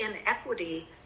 inequity